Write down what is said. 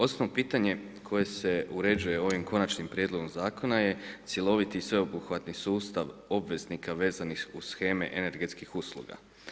Osnovno pitanje koje se uređuje ovim konačnim prijedlogom zakona je cjeloviti i sveobuhvatni sustav obveznika vezanih uz sheme energetskih usluga.